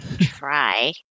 Try